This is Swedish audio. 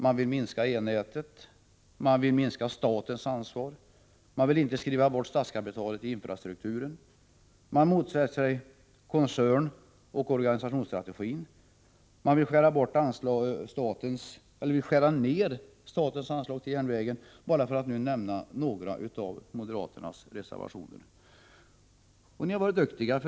De vill minska E-nätet, de vill minska statens ansvar, de vill inte skriva bort statskapitalet i infrastrukturen, de motsätter sig koncernoch organisationsstrategier, de vill skära ned statens anslag till järnvägarna — bara för att nämna några av moderaternas reservationer. Ni har varit duktiga.